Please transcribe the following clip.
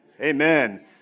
Amen